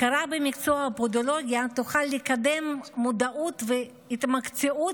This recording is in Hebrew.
הכרה במקצוע הפודולוגיה תוכל לקדם מודעות והתמקצעות